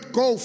go